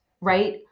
right